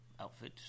outfits